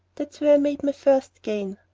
that's where i made my first gain.